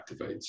activates